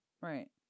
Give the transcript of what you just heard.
right